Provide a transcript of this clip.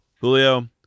julio